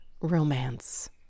romance